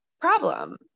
problem